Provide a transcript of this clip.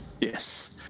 yes